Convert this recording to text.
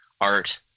Art